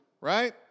Right